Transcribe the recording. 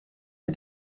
for